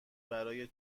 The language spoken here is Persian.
برای